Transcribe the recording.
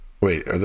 Wait